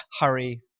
hurry